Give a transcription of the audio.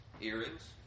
earrings